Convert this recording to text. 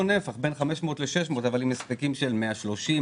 נפח בין 500 ל-600 אבל עם הספקים של 130,